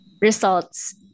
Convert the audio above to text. results